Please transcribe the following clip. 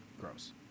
Gross